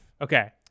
Okay